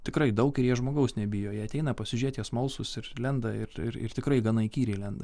tikrai daug ir jie žmogaus nebijo jie ateina pasižiūrėt jie smalsūs ir lenda ir ir tikrai gana įkyriai lenda